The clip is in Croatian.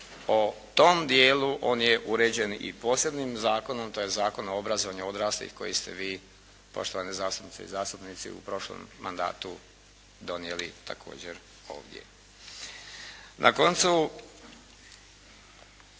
o tom dijelu, on je uređen i posebnim zakonom tj. Zakonom o obrazovanju odraslih koji ste vi poštovane zastupnice i zastupnici u prošlom mandatu donijeli također ovdje.